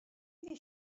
iddi